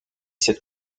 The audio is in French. cette